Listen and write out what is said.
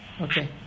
Okay